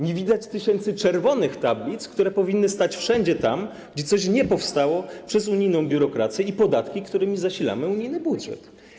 Nie widać tysięcy czerwonych tablic, które powinny stać wszędzie tam, gdzie coś nie powstało przez unijną biurokrację i podatki, którymi zasilamy unijny budżet.